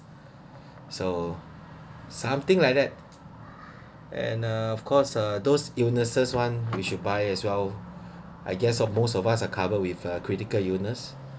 so something like that and uh of course uh those illnesses [one] you should buy as well I guess of most of us are covered with a critical illness